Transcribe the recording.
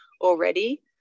already